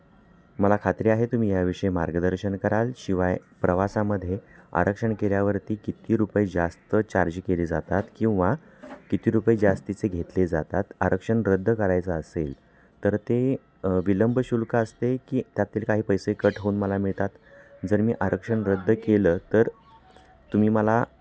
मला खात्री आहे तुम्ही ह्या विषयी मार्गदर्शन कराल शिवाय प्रवासामध्ये आरक्षण केल्यावरती किती रुपये जास्त चार्ज केले जातात किंवा किती रुपये जास्तीचे घेतले जातात आरक्षण रद्द करायचं असेल तर ते विलंब शुल्क असते की त्यातील काही पैसे कट होऊन मला मिळतात जर मी आरक्षण रद्द केलं तर तुम्ही मला